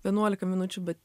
vienuolika minučių bet